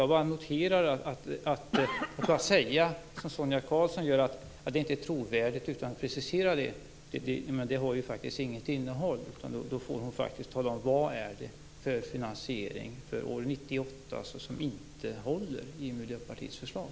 Man kan inte bara säga som Sonia Karlsson gör, att det inte är trovärdigt, utan att precisera. Det har ju faktiskt inget innehåll. Hon får faktiskt tala om vad det är för finansiering för år 1998 som inte håller i Miljöpartiets förslag?